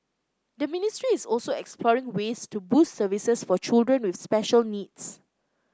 the ministry is also exploring ways to boost services for children with special needs